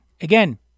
Again